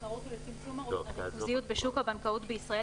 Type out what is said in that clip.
התחרות ולצמצום הריכוזיות בשוק הבנקאות בישראל,